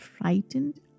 frightened